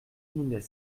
mille